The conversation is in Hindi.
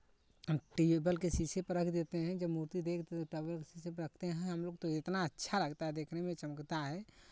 टेबल के शीशे पर रख देते हैं जब मूर्ती देख टेबल के शीशे पर रखते हैं हमलोग तो इतना अच्छा लगता है देखने में चमकता है